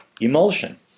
emulsion